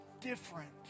different